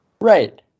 Right